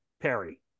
Perry